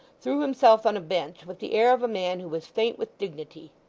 threw himself on a bench with the air of a man who was faint with dignity.